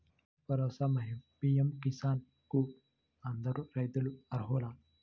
రైతు భరోసా, మరియు పీ.ఎం కిసాన్ కు అందరు రైతులు అర్హులా?